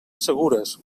segures